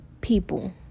people